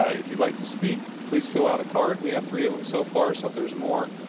ah if you'd like to speak, please fill out a card. we have three of them so far, so if there's more,